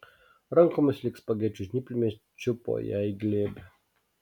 rankomis lyg spagečių žnyplėmis čiupo ją į glėbį